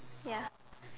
yes